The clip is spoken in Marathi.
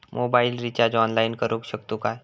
मोबाईल रिचार्ज ऑनलाइन करुक शकतू काय?